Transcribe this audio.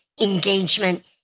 engagement